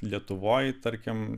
lietuvoj tarkim